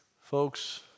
Folks